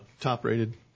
top-rated